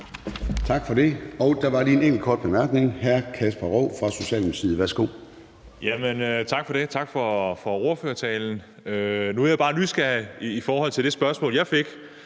Tak for det. Der er lige en enkelt kort bemærkning. Hr. Kasper Roug fra Socialdemokratiet, værsgo. Kl. 10:19 Kasper Roug (S): Tak for det, og tak for ordførertalen. Nu er jeg bare nysgerrig i forhold til det spørgsmål, jeg fik